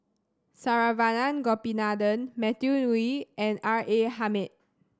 Saravanan Gopinathan Matthew Ngui and R A Hamid